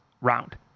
round